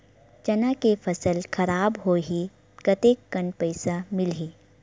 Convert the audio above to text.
चना के फसल खराब होही कतेकन पईसा मिलही?